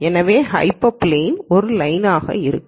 எனவே hyper plane ஒரு line ஆக இருக்கும்